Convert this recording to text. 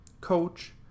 coach